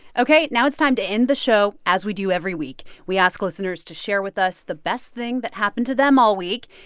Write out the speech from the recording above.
ok, now it's time to end the show as we do every week. we ask listeners to share with us the best thing that happened to them all week.